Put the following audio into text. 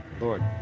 Lord